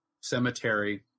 cemetery